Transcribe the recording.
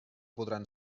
podran